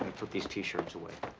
put these t-shirts away.